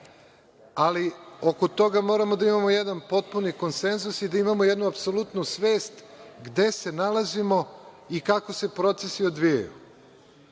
ali oko toga moramo da imamo jedan potpuni konsenzus i da imamo jednu apsolutnu svest gde se nalazimo i kako se procesi odvijaju. Draga